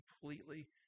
completely